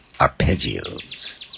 arpeggios